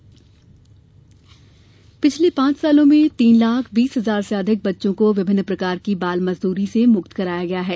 बाल मजदूरी पिछले पांच वर्षो में तीन लाख बीस हजार से अधिक बच्चों को विभिन्न प्रकार की बाल मजदूरी से मुक्त कराया गया है